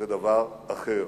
דבר אחר.